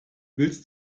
willst